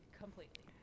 completely